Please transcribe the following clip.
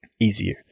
easier